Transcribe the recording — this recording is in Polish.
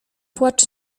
płacz